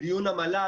בדיון המל"ל,